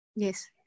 yes